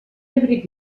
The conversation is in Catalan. abric